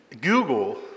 Google